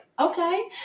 Okay